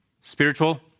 spiritual